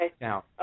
now